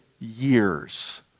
years